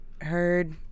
heard